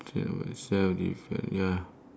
train myself define ya